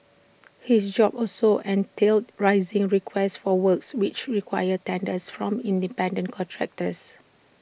his job also entailed raising requests for works which required tenders from independent contractors